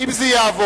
אם זה יעבור.